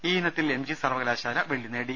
ഈ ഇനത്തിൽ M G സർവകലാശാല വെള്ളി നേടി